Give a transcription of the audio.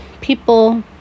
people